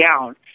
down